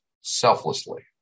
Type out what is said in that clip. selflessly